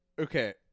okay